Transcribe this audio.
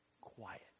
quiet